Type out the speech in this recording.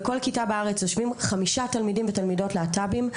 בכל כיתה בארץ יושבים חמישה תלמידים ותלמידות להט"בים,